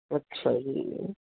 ਅੱਛਾ ਜੀ